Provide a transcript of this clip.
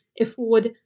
afford